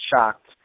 shocked